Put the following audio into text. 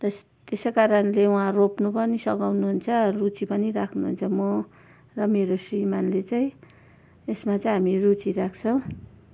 तेस् त्यसै कारणले उहाँ रोप्नु पनि सघाउनु हुन्छ रुचि पनि राख्नुहुन्छ म र मेरो श्रीमानले चाहिँ यसमा चाहिँ हामी रुचि राख्छ